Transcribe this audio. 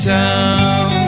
town